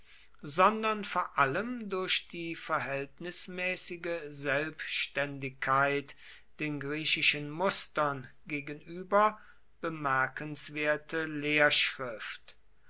sondern vor allem durch die verhältnismäßige selbständigkeit den griechischen mustern gegenüber bemerkenswerte